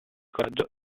coraggio